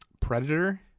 Predator